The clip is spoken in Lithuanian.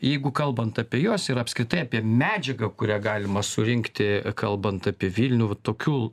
jeigu kalbant apie juos ir apskritai apie medžiagą kurią galima surinkti kalbant apie vilnių va tokiu